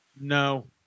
No